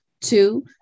Two